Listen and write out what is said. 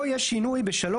פה יש שינוי ב-(3).